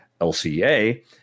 LCA